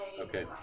Okay